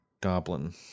Goblin